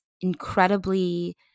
incredibly